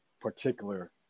particular